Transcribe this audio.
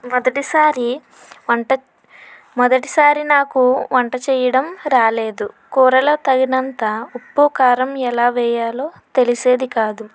మొదటిసారి వంట మొదటిసారి నాకు వంట చేయడం రాలేదు కూరలో తగినంత ఉప్పు కారం ఎలా వేయాలో తెలిసేది కాదు